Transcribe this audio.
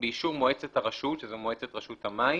באישור מועצת הרשות" שזה מועצת רשות המים